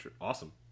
awesome